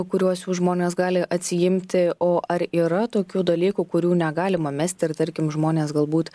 kuriuos jau žmonės gali atsiimti o ar yra tokių dalykų kurių negalima mest ir tarkim žmonės galbūt